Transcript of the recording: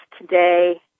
today